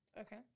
Okay